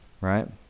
Right